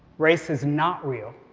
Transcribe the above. race is not real,